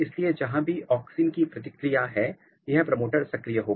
इसलिए जहां भी ऑक्सिन की प्रतिक्रिया है यह प्रमोटर सक्रिय होगा